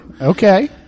Okay